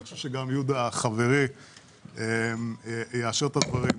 אני חושב שגם יהודה, חברי, יאשר את הדברים.